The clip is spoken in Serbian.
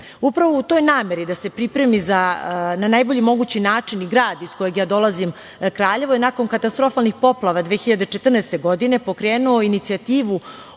životu. Upravo u toj nameri da se pripremi na najbolji mogući način i grad iz kojeg ja dolazim, Kraljevo, je nakon katastrofalnih poplava 2014. godine pokrenuo inicijativu